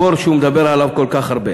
הבור שהוא מדבר עליו כל כך הרבה.